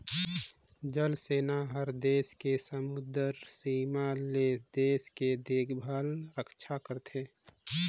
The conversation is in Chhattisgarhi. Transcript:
जल सेना हर देस के समुदरर सीमा ले देश के देखभाल रक्छा करथे